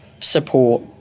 support